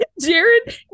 Jared